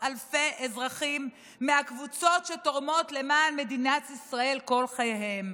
אלפי אזרחים מהקבוצות שתורמות למען מדינת ישראל כל חייהן.